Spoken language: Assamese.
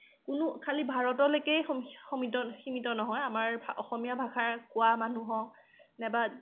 কোনো খালী ভাৰতৰলৈকে সীমিত নহয় আমাৰ অসমীয়া ভাষা কোৱা মানুহ হওক নাইবা